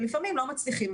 ולפעמים לא מצליחים.